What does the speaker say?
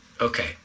Okay